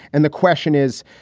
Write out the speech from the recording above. and the question is,